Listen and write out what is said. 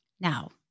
Now